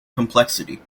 complexity